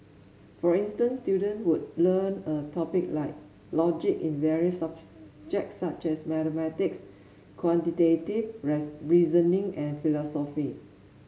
for instance student would learn a topic like logic in various subjects such as mathematics quantitative reasoning and philosophy